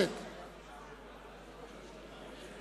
מייד לאחר הצגת העניינים על-ידי יושב-ראש ועדת החוקה,